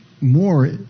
more